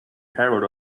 herald